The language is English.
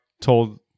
told